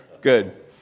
Good